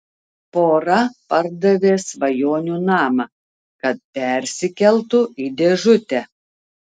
pora pardavė svajonių namą kad persikeltų į dėžutę